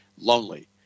lonely